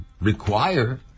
require